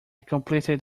completed